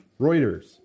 Reuters